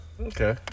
Okay